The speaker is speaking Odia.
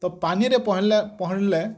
ତ ପାନିରେ ପହଁରିଲେ ପହଁରିଲେ